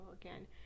again